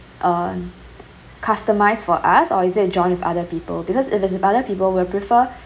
uh customized for us or is it joined with other people because if there is other people we'll prefer